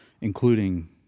including